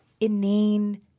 inane